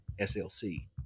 SLC